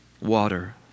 water